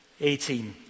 18